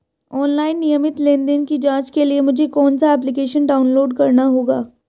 Online नियमित लेनदेन की जांच के लिए मुझे कौनसा एप्लिकेशन डाउनलोड करना होगा?